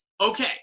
okay